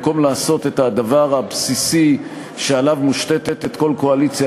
במקום לעשות את הדבר הבסיסי שעליו מושתתת כל קואליציה,